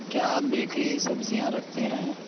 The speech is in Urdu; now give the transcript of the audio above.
کیا آپ بیکری سبزیاں رکھتے ہیں